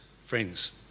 friends